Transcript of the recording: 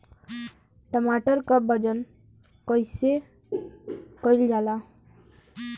टमाटर क वजन कईसे कईल जाला?